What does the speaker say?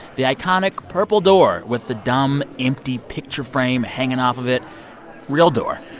the iconic purple door with the dumb, empty picture frame hanging off of it real door.